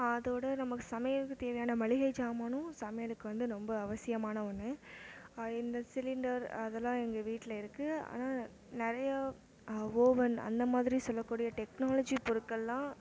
அதோட நமக்கு சமையலுக்கு தேவையான மளிகை சாமானும் சமையலுக்கு வந்து ரொம்ப அவசியமான ஒன்று இந்த சிலிண்டர் அதெல்லாம் எங்கள் வீட்டில் இருக்குது ஆனால் நிறைய ஓவன் அந்த மாதிரி சொல்லக்கூடிய டெக்னாலஜி பொருட்களெலாம்